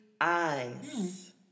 eyes